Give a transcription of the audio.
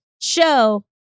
show